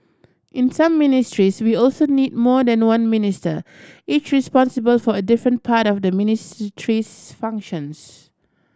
in some ministries we also need more than one Minister each responsible for a different part of the ministry's functions